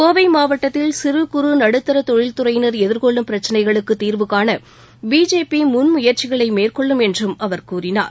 கோவை மாவட்டத்தில் சிறு குறு நடுத்தர தொழில் துறையினர் எதிர்கொள்ளும் பிரச்னைகளுக்கு தீர்வு காண பிஜேபி முன்முயற்சிகளை மேற்கொள்ளும் என்றும் அவர் கூறினார்